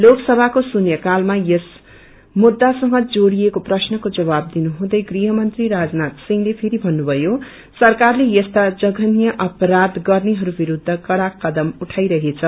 लोकसभामा श्रृन्याकालमा यस मुद्दासंग जोड़िएको प्रश्नको जवाब दिनुहुँदै गृह मंत्री राजनाय सिंह्ले फेरि भन्नुभयो सरकारले यस्ता जबन्य अपराब गर्नेहरू विरूद्ध कड़ा कदम उठाइरहेछ